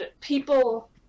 people